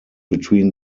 between